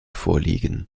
vorliegen